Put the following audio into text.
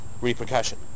repercussion